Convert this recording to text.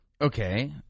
Okay